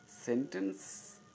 Sentence